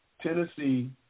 Tennessee